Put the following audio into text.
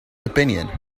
opinion